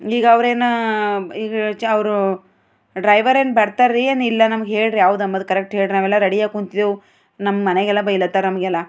ಈಗ ಅವ್ರೇನು ಈಗ ಚಾವ್ರು ಡ್ರೈವರೇನು ಬರ್ತಾರ್ರೀ ಏನು ಇಲ್ಲ ನಮಗೆ ಹೇಳ್ರೀ ಯಾವ್ದಂಬುದ ಕರಕ್ಟ್ ಹೇಳ್ರಿ ನಾವೆಲ್ಲ ರೆಡಿಯಾಗಿ ಕೂತಿದೇವೆ ನಮ್ಮ ಮನೆಗೆಲ್ಲ ಬೈಲಾತ್ತಾರು ನಮಗೆಲ್ಲ